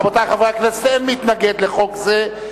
רבותי חברי הכנסת, אין מתנגד לחוק זה.